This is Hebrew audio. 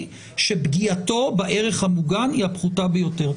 שפגיעתו בערך המוגן היא הפחותה ביותר.